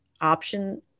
option